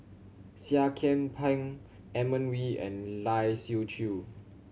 Seah Kian Peng Edmund Wee and Lai Siu Chiu